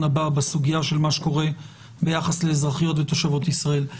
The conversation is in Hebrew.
הבא בסוגיה של אזרחיות ותושבות ישראל.